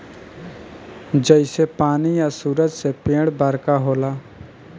जइसे पानी आ सूरज से पेड़ बरका होला